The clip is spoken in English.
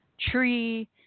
tree